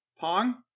Pong